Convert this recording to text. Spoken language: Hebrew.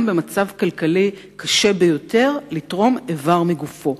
במצב כלכלי קשה ביותר לתרום איבר מגופו.